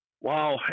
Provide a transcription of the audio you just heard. Wow